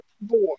board